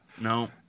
no